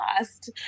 lost